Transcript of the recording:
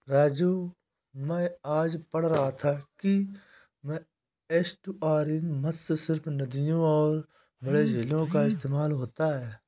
राजू मैं आज पढ़ रहा था कि में एस्टुअरीन मत्स्य सिर्फ नदियों और बड़े झीलों का इस्तेमाल होता है